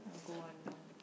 I'll go on a